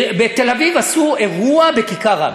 בתל-אביב עשו אירוע בכיכר רבין,